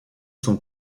son